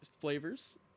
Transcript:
flavors